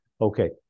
Okay